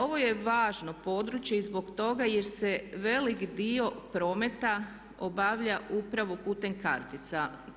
Ovo je važno područje i zbog toga jer se veliki dio prometa obavlja upravo putem kartica.